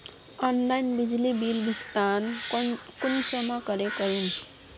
Online बिजली bill भुगतान कुंसम करे करूम?